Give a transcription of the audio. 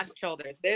shoulders